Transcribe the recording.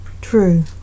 true